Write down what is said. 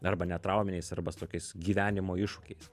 arba netrauminiais arba su tokiais gyvenimo iššūkiais